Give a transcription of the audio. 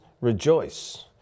rejoice